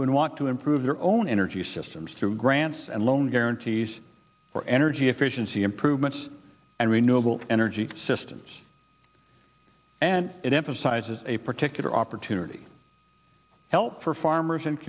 who want to improve their own energy systems through grants and loans guarantees for energy efficiency improvements and renewable energy systems and it emphasizes a particular opportunity help for farmers and